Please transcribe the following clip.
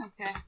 Okay